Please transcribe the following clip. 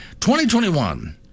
2021